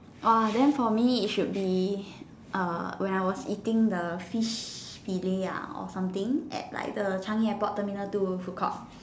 orh then for me it should be err when I was eating the fish fillet ah or something at like the Changi airport terminal two food court